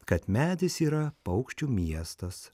kad medis yra paukščių miestas